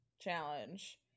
challenge